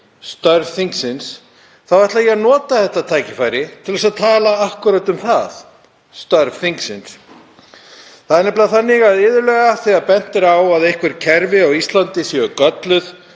störf þingsins, þá ætla ég að nota þetta tækifæri til að tala akkúrat um það, störf þingsins. Það er iðulega þannig að þegar bent er á að einhver kerfi á Íslandi séu gölluð